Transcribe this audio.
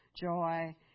joy